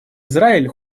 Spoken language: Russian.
израиль